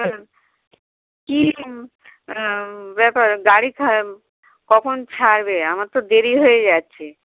কি ব্যাপার গাড়ি কখন ছাড়বে আমার তো দেরি হয়ে যাচ্ছে